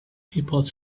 people